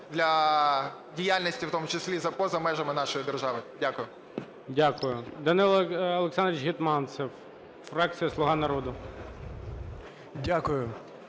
для діяльності, в тому числі поза межами нашої держави. Дякую. ГОЛОВУЮЧИЙ. Дякую. Данило Олександрович Гетманцев, фракція "Слуга народу".